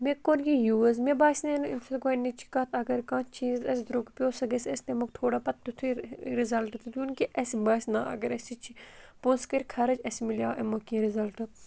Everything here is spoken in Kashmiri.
مےٚ کوٚر یہِ یوٗز مےٚ باسے نہٕ اَمہِ سۭتۍ گۄڈٕنِچ کَتھ اگر کانٛہہ چیٖز اَسہِ درٛوٚگ پیٚو سۄ گژھِ اَسہِ تَمیُک تھوڑا پَتہٕ تِتھُے رِزَلٹ تہِ دِیُن کہِ اَسہِ باسہِ نا اگر اَسہِ یہِ پونٛسہٕ کٔرۍ خَرٕچ اَسہِ مِلیو امیُکۍ کینٛہہ رِزَلٹ